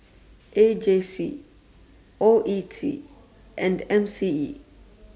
A J C O E T and M C E